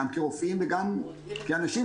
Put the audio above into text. גם כרופאים וגם כאנשים,